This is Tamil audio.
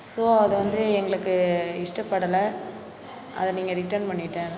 ஸோ அதை வந்து எங்களுக்கு இஷ்டப்படலை அதை நீங்கள் ரிட்டர்ன் பண்ணிட்டேன்